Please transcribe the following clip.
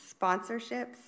sponsorships